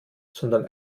sondern